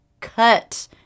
cut